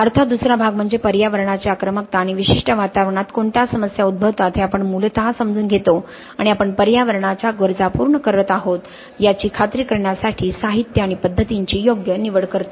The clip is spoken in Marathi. अर्थात दुसरा भाग म्हणजे पर्यावरणाची आक्रमकता आणि विशिष्ट वातावरणात कोणत्या समस्या उद्भवतात हे आपण मूलत समजून घेतो आणि आपण पर्यावरणाच्या गरजा पूर्ण करत आहोत याची खात्री करण्यासाठी साहित्य आणि पद्धतींची योग्य निवड करतो